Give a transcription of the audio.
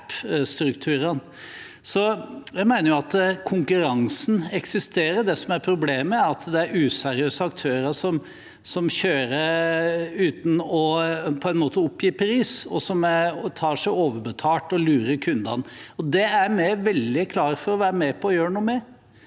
konkurransen eksisterer. Det som er problemet, er at det er useriøse aktører som kjører uten å oppgi pris, og som tar seg overbetalt og lurer kundene. Det er vi veldig klare for å være med på